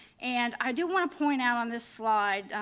and i do want to point out on this slide,